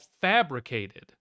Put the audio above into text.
fabricated